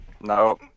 No